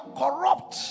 corrupt